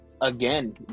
again